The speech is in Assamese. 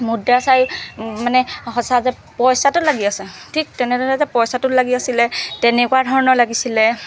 মুদ্ৰা চাই মানে সঁচা যে পইচাতো লাগি আছে ঠিক তেনেদৰে যে পইচাতো লাগি আছিলে তেনেকুৱা ধৰণৰ লাগিছিলে